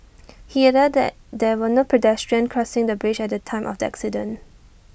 he added that there were no pedestrian crossing the bridge at the time of the accident